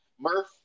Murph